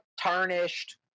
tarnished